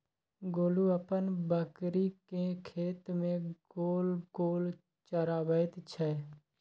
गोलू अपन बकरीकेँ खेत मे गोल गोल चराबैत छै